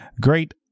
great